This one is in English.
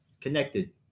connected